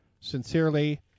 Sincerely